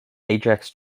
ajax